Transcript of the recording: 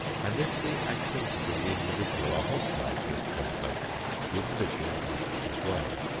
and if the activities of the individual are hostile to this preservation the individual must give way.